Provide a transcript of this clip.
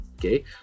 Okay